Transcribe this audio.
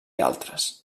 altres